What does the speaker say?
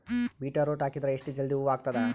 Beetroot ಹಾಕಿದರ ಎಷ್ಟ ಜಲ್ದಿ ಹೂವ ಆಗತದ?